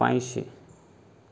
पांचशीं